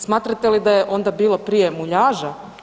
Smatrate li da je onda bilo prije muljaža?